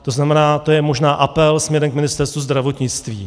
To znamená, to je možná apel směrem k Ministerstvu zdravotnictví.